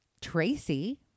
Tracy